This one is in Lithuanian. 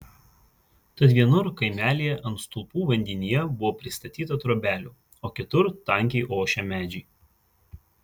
tad vienur kaimelyje ant stulpų vandenyje buvo pristatyta trobelių o kitur tankiai ošė medžiai